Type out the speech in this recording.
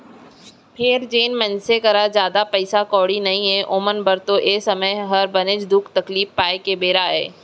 फेर जेन मनसे करा जादा पइसा कउड़ी नइये ओमन बर तो ए समे हर बनेच दुख तकलीफ पाए के बेरा अय